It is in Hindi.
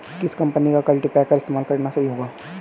किस कंपनी का कल्टीपैकर इस्तेमाल करना सही होगा?